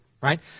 right